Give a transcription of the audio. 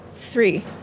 Three